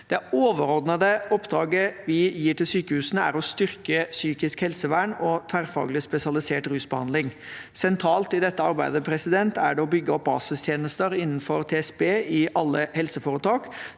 Det overordnede oppdraget vi gir til sykehusene, er å styrke psykisk helsevern og tverrfaglig spesialisert rusbehandling. Sentralt i dette arbeidet er det å bygge opp basistjenester innenfor TSB i alle helseforetak,